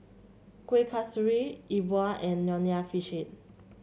Kueh Kasturi E Bua and Nonya Fish Head